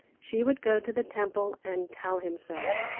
she would go to the temple and tell him so.